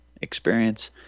experience